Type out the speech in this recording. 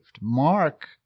Mark